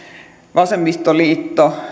vasemmistoliitto